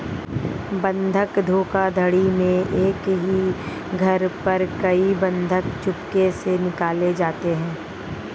बंधक धोखाधड़ी में एक ही घर पर कई बंधक चुपके से निकाले जाते हैं